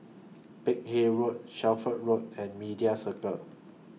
Peck Hay Road Shelford Road and Media Circle